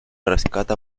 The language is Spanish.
rescata